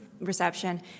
reception